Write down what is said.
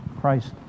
Christ